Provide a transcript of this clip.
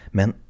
Men